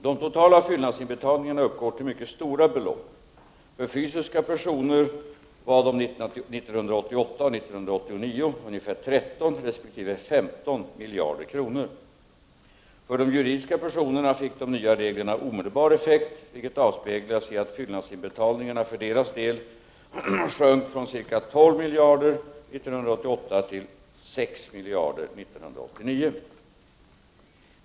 De totala fyllnadsinbetalningarna uppgår till mycket stora belopp. För fysiska personer var fyllnadsinbetalningarna åren 1988 och 1989 ca 13 resp. 15 miljarder kronor. För de juridiska personerna fick de nya reglerna omedelbar effekt, vilket avspeglas i att fyllnadsinbetalningarna för deras del sjönk från ca 12 miljarder kronor 1988 till ca 6 miljarder kronor 1989.